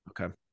Okay